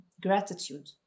gratitude